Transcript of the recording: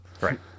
Right